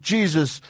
Jesus